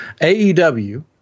AEW